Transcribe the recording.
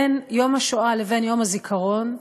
בין יום השואה ליום הזיכרון,